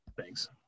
Thanks